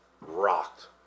Rocked